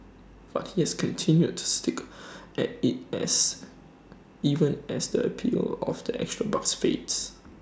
but he has continued to stick at IT as even as the appeal of the extra bucks fades